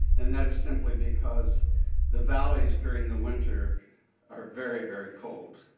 and that is simply because the valleys during the winter are very, very cold.